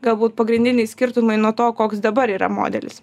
galbūt pagrindiniai skirtumai nuo to koks dabar yra modelis